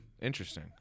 interesting